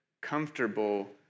comfortable